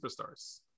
superstars